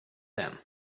them